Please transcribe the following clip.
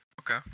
Okay